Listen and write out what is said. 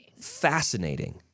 fascinating